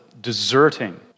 deserting